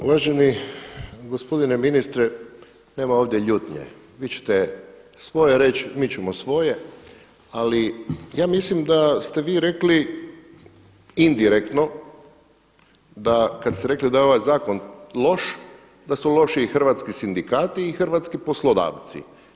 Uvaženi gospodine ministre nema ovdje ljutnje, vi ćete svoje reći, mi ćemo svoje ali ja mislim da ste vi rekli indirektno da kad ste rekli da je ovaj zakon loš da su loši i hrvatski sindikati i hrvatski poslodavci.